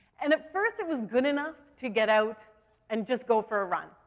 and at first it was good enough to get out and just go for a run.